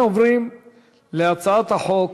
אנחנו עוברים להצעת החוק